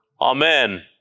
Amen